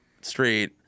street